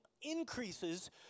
increases